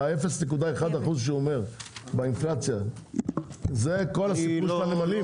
ה-0.1% שאומר באינפלציה זה כל הסיפור של הנמלים?